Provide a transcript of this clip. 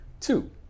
Two